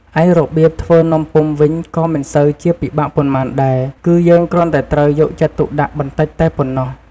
ឯរបៀបធ្វើនំពុម្ពវិញក៏មិនសូវជាពិបាកប៉ុន្មានដែរ គឺយើងគ្រាន់តែត្រូវយកចិត្តទុកដាក់បន្តិចតែប៉ុណ្ណោះ។